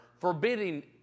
forbidding